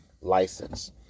license